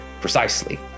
precisely